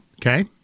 Okay